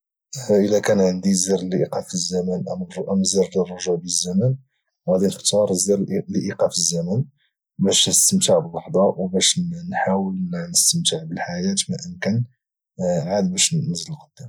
الا كان عندي زر الايقاف الزمن او لا زر للرجوع بالزمن غادي نختار زر لايقاف الزمن باش نستمتع باللحظه وباش نحاول نستمتع بالحياه ما امكن عاد باش نزيد للخدام